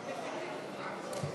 לברכה, מתחייב